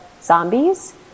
zombies